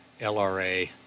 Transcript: LRA